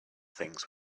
things